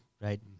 Right